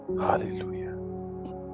hallelujah